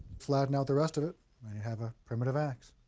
flatten out the rest of it, and you have a primitive axe.